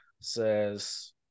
says